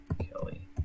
Kelly